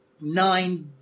nine